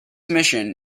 mission